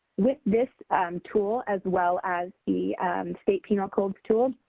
with this tool as well as the state penal code tool,